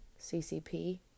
CCP